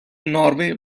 norway